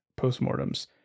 postmortems